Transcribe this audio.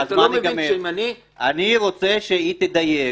אני רוצה שהיא תדייק.